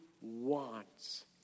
wants